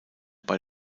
bei